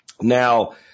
Now